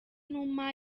numa